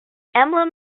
emblem